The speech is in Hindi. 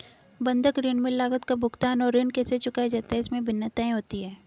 बंधक ऋण में लागत का भुगतान और ऋण कैसे चुकाया जाता है, इसमें भिन्नताएं होती हैं